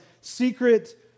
secret